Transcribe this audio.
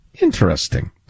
Interesting